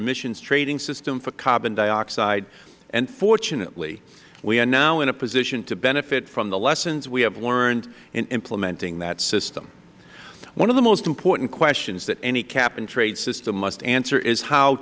emissions trading system for carbon dioxide and fortunately we are now in a position to benefit from the lessons we have learned in implementing that system one of the most important questions that any cap and trade system must answer is how